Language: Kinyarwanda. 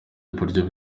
iburyo